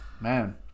Man